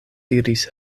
diris